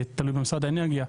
זה תלוי במשרד האנרגיה,